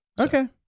Okay